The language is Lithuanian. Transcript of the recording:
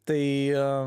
tai a